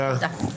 תודה.